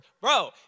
Bro